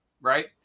right